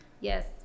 Yes